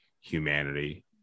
humanity